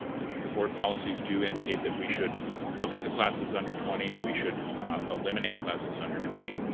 the the board policies do indicate that we should look at the classes under twenty, and we should eliminate classes under twenty.